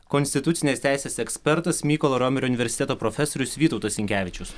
konstitucinės teisės ekspertas mykolo romerio universiteto profesorius vytautas sinkevičius